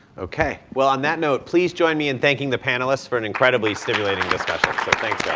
okay well on that note please join me in thanking the panelists for an incredibly stimulating discussion thanks